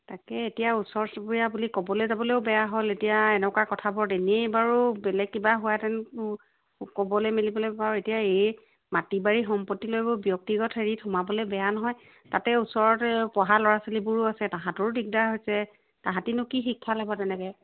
তাকে এতিয়া ওচৰ চুবুৰীয়া বুলি ক'বলৈ যাবলৈও বেয়া হ'ল এতিয়া এনেকুৱা কথাবোৰত এনেই বাৰু বেলেগ কিবা হোৱাহেতেন ক'বলৈ মেলিবলৈ বাৰু এই মাটি বাৰী সম্পত্তি লৈ এইবোৰ ব্যক্তিগত হেৰিত সোমাবলৈ বেয়া নহয় তাতে ওচৰতে পঢ়া ল'ৰা ছোৱালীবোৰো আছে তাহাঁতৰো দিগদাৰ হৈছে তাহাঁতিনো কি শিক্ষা ল'ব তেনেকৈ